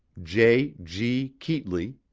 jay g. keetley,